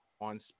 on